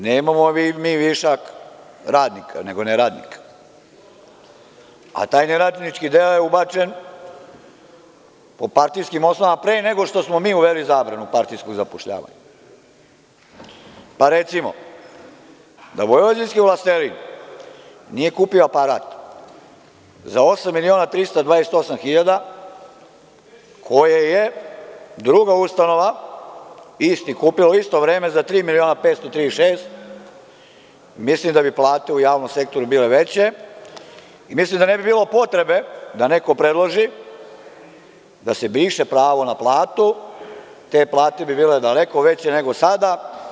Nemamo mi višak radnika, nego neradnika, a taj neradnički deo je ubačen po partijskim osnovama pre nego što smo mi uveli zabranu partijskog zapošljavanja, pa recimo, da vojvođanski vlastelin nije kupio aparat za 8.328.000, koji je druga ustanova isti kupila u isto vreme za 3.536.000, mislim da bi plate u javnom sektoru bile veće i mislim da ne bi bilo potrebe da neko predloži da se briše pravo na platu, te plate bi bile daleko veće nego sada.